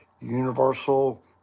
universal